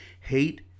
Hate